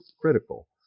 critical